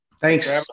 thanks